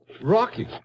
Rocky